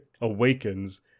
awakens